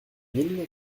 mille